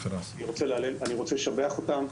אני רוצה לשבח אותם.